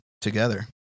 together